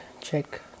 check